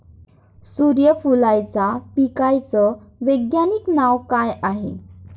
सुर्यफूलाच्या पिकाचं वैज्ञानिक नाव काय हाये?